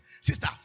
Sister